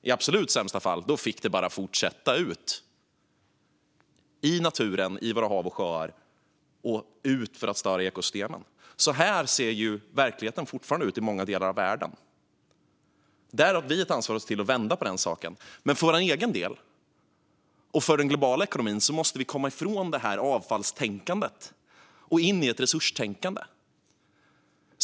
I absolut sämsta fall fick det bara fortsätta ut i naturen och ut i våra hav och sjöar för att störa ekosystemen. Så här ser verkligheten fortfarande ut i många delar av världen. Vi har ett ansvar för att se till att vända på den saken. Men för vår egen del, och för den globala ekonomin, måste vi komma ifrån avfallstänkandet och in i ett resurstänkande.